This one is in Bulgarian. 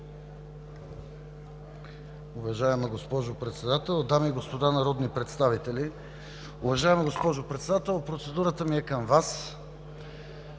Добре.